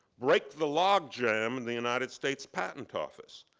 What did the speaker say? break the logjam in the united states patent office,